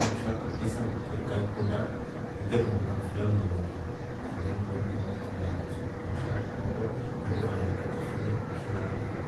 Siku nsha kabisa ngaikunda ngekumbuka mfiri ilya ngilewonika, tarehe ngilewonika ngeshaamba siku nsha kwakwa na ngefanya katafrija kila mwaka.